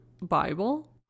Bible